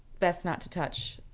best not to touch